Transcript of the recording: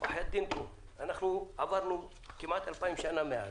אנחנו עברנו כמעט 2000 שנה מאז.